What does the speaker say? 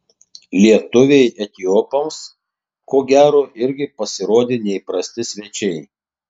lietuviai etiopams ko gero irgi pasirodė neįprasti svečiai